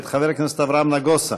מאת חבר הכנסת אברהם נגוסה.